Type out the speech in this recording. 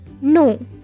no